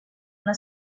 una